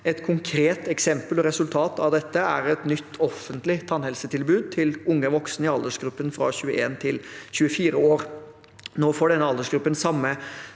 Et konkret eksempel og resultat av dette er et nytt offentlig tannhelsetilbud til unge voksne i aldersgruppen 21–24 år. Nå får denne aldersgruppen samme